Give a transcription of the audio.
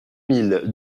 mille